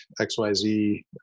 XYZ